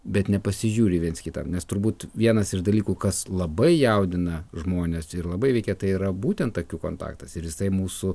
bet nepasižiūri viens kitam nes turbūt vienas iš dalykų kas labai jaudina žmones ir labai veikia tai yra būtent akių kontaktas ir jisai mūsų